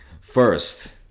first